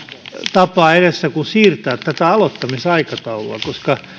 tapaa edessä kuin siirtää tätä aloittamisaikataulua koska